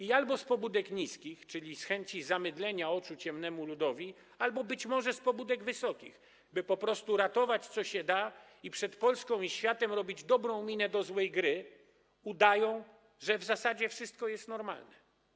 I albo z pobudek niskich, czyli z chęci zamydlenia oczu ciemnemu ludowi, albo być może z pobudek wysokich, by po prostu ratować, co się da, i przed Polską i światem robić dobrą minę do złej gry, udają, że w zasadzie wszystko jest normalnie.